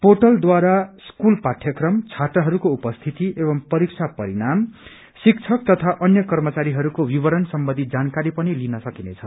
पोर्टलद्वारा school पाठयक्रम छात्रहस्को उपस्थिति एव परीक्षा परिणाम शिक्षक तथा अन्य कर्मचारीहरूको विवरण सम्बन्धी जानकारी पनि लिन सकिनेछ